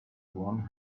one